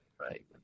Right